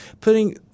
putting